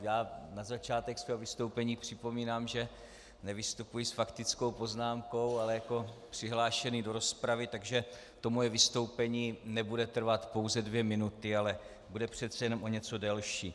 Já na začátek svého vystoupení připomínám, že nevystupuji s faktickou poznámkou, ale jako přihlášený do rozpravy, takže to moje vystoupení nebude trvat pouze dvě minuty, ale bude přece jenom o něco delší.